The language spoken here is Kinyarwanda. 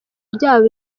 byabo